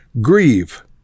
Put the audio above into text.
Grieve